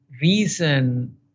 reason